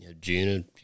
June